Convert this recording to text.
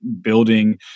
building